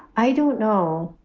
i don't know.